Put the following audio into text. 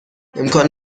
امکان